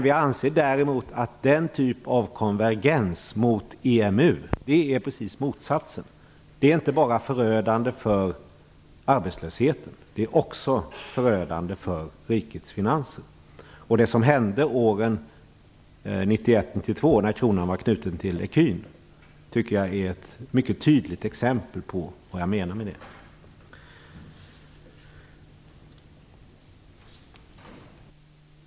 Vi anser däremot att konvergens gentemot EMU innebär precis motsatsen. Det är inte bara förödande för arbetslösheten, utan också för rikets finanser. Det som hände åren 1991-1992 när kronan var knuten till ecun tycker jag är ett mycket tydligt exempel på vad jag menar med det.